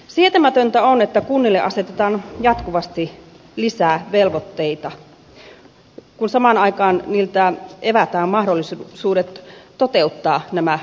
sietämätöntä on että kunnille asetetaan jatkuvasti lisää velvoitteita kun samaan aikaan niiltä evätään mahdollisuudet toteuttaa nämä vaatimukset